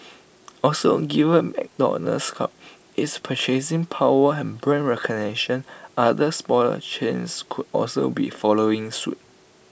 also given McDonald's clout its purchasing power and brand recognition other smaller chains could also be following suit